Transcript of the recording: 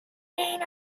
men